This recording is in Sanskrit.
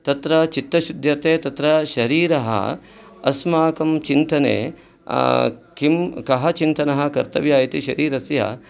तत्र चित्तशुद्ध्यर्थे तत्र शरीरं अस्माकं चिन्तने किं कः चिन्तनं कर्तव्य इति शरीरस्य तत्र